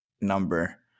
number